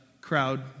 crowd